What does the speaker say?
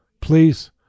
please